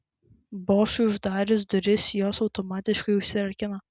bošui uždarius duris jos automatiškai užsirakino